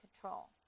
control